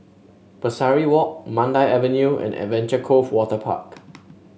Pesari Walk Mandai Avenue and Adventure Cove Waterpark